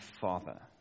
Father